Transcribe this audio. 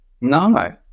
no